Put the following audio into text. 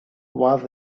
was